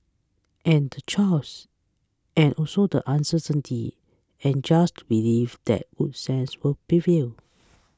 and the chaos and also the uncertainty and just to believe that good sense will prevail